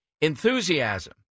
enthusiasm